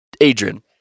Adrian